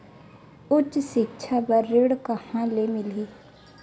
उच्च सिक्छा बर ऋण कहां ले मिलही?